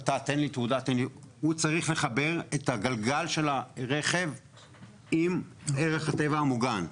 הוא צריך לחבר את הגלגל של הרכב עם ערך הטבע המוגן.